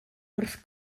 wrth